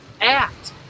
act